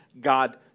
God